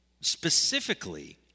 specifically